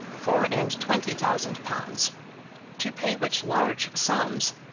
four and twenty thousand pounds to pay which large sums,